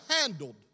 handled